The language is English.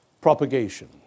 propagation